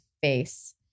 face